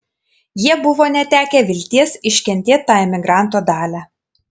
jie buvo netekę vilties iškentėt tą emigranto dalią